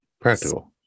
practical